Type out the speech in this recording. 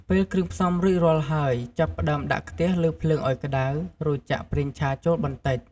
ពេលគ្រឿងផ្សំរួចរាល់ហើយ ចាប់ផ្ដើមដាក់ខ្ទះលើភ្លើងឲ្យក្តៅ រួចចាក់ ប្រេងឆាចូលបន្តិច។